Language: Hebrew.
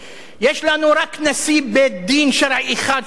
יש לנו רק נשיא בית-דין שרעי אחד שמכהן.